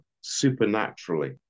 supernaturally